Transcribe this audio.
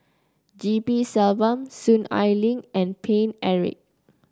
G P Selvam Soon Ai Ling and Paine Eric